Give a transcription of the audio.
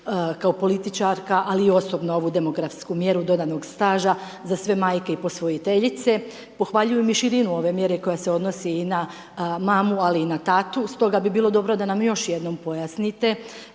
kao političarka, ali i osobno ovu demografsku mjeru dodanog staža za sve majke i posvojiteljice, pohvaljujem i širinu ove mjere koja se odnosi i na mamu ali na tatu stoga bi bilo dobro da nam još jednom pojasnite